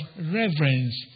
reverence